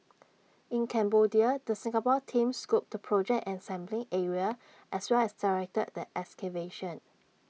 in Cambodia the Singapore team scoped the project and sampling area as well as directed the excavation